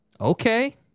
okay